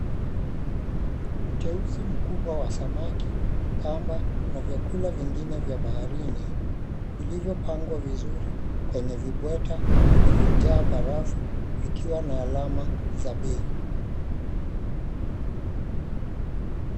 Uteuzi mkubwa wa samaki, kamba na vyakula vingine vya baharini vilivyopangwa vizuri kwenye vibweta vilivyojaa barafu vikiwa na alama za bei.